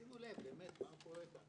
שימו לב מה קורה פה.